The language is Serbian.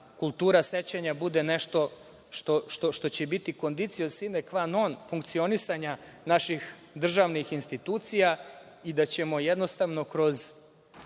kultura sećanja bude nešto što će biti conditio sine qua non funkcionisanja naših državnih institucija i da ćemo kroz